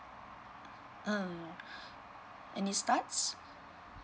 uh any starts